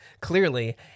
Clearly